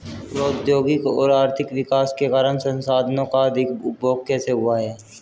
प्रौद्योगिक और आर्थिक विकास के कारण संसाधानों का अधिक उपभोग कैसे हुआ है?